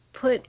put